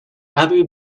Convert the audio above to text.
abu